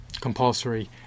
compulsory